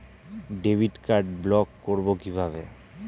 Debit card block করব কিভাবে?